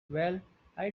well—i